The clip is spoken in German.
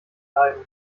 leiden